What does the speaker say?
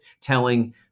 telling